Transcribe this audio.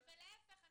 להיפך,